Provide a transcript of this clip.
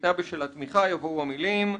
"שניתנת בשלה תמיכה" יבואו המילים: